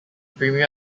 premiere